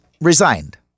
resigned